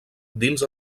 dins